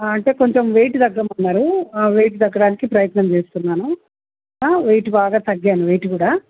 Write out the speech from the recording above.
అంటే కొంచెం వెయిట్ తగ్గమని అన్నారు వెయిట్ తగ్గటానికి ప్రయత్నం చేస్తున్నాను వెయిట్ బాగా తగ్గాను వెయిట్ కూడా